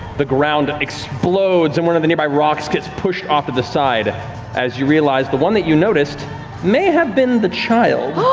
the ground explodes and one of the nearby rocks gets pushed off to the side as you realize the one that you noticed may have been the child.